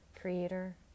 creator